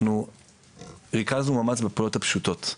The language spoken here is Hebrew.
אנחנו ריכזנו מאמץ בפעולות הפשוטות.